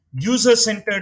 user-centered